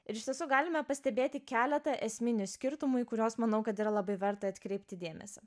ir iš tiesų galime pastebėti keletą esminių skirtumų į kuriuos manau kad yra labai verta atkreipti dėmesį